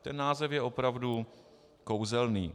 Ten název je opravdu kouzelný.